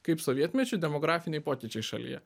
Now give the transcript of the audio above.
kaip sovietmečiu demografiniai pokyčiai šalyje